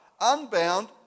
unbound